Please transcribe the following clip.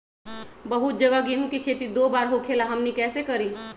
बहुत जगह गेंहू के खेती दो बार होखेला हमनी कैसे करी?